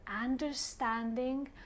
understanding